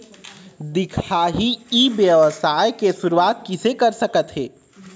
दिखाही ई व्यवसाय के शुरुआत किसे कर सकत हे?